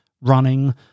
running